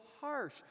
harsh